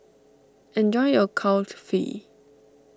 enjoy your Kulfi